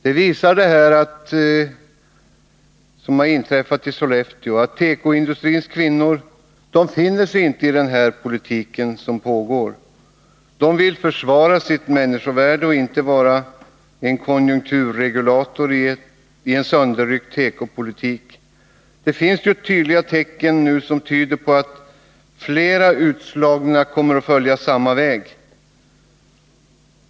Det som har inträffat i Sollefteå visar att tekoindustrins kvinnor inte finner sig i den politik som f. n. förs. De vill försvara sitt människovärde och inte vara en konjunkturregulator i en sönderryckt tekopolitik. Det finns nu tydliga tecken på att fler utslagna kommer att följa samma väg.